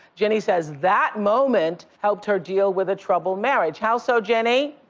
jenny says that moment helped her deal with a troubled marriage. how so, jenny?